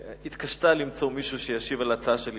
התקשתה למצוא מישהו שישיב על ההצעה שלי